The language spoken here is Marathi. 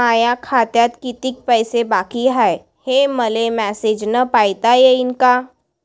माया खात्यात कितीक पैसे बाकी हाय, हे मले मॅसेजन पायता येईन का?